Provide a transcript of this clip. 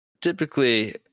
typically